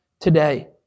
today